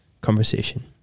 conversation